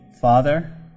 Father